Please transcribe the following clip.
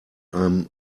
einem